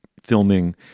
filming